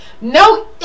no